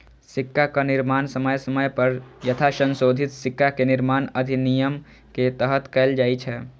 सिक्काक निर्माण समय समय पर यथासंशोधित सिक्का निर्माण अधिनियम के तहत कैल जाइ छै